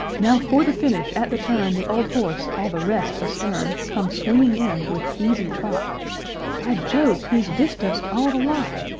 now for the finish! at the turn, the old horse all the rest astern comes swinging in, with easy trot by jove! he's distanced all the lot!